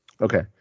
Okay